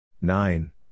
Nine